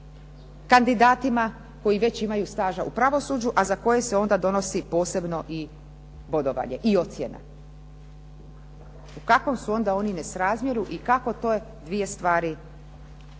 kandidatima koji već imaju staža u pravosuđu, a za koje se onda donosi posebno i bodovanje i ocjena? U kakvom su onda oni nesrazmjeru i kako te dvije stvari